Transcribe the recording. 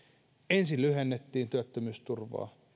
ensin lyhennettiin työttömyysturvaa